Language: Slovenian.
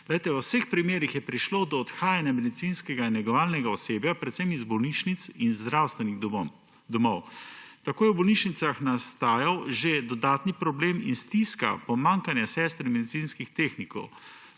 V vseh primerih je prišlo do odhajanja medicinskega in negovalnega osebja predvsem iz bolnišnic in zdravstvenih domov. Tako je v bolnišnicah nastajal že dodaten problem in stiska, pomanjkanje sester in medicinskih tehnikov.